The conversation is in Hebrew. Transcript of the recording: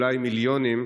אולי מיליונים,